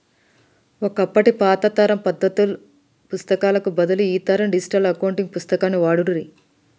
ఒకప్పటి పాత తరం పద్దుల పుస్తకాలకు బదులు ఈ తరం డిజిటల్ అకౌంట్ పుస్తకాన్ని వాడుర్రి